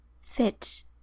fit